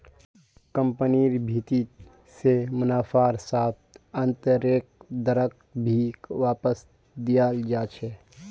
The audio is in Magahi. कम्पनिर भीति से मुनाफार साथ आन्तरैक दरक भी वापस दियाल जा छे